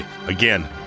Again